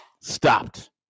Stopped